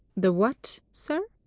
the what, sir?